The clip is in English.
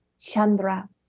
Chandra